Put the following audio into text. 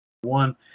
One